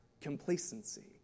complacency